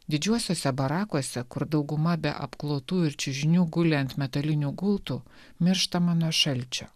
didžiuosiuose barakuose kur dauguma be apklotų ir čiužinių guli ant metalinių gultų mirštama nuo šalčio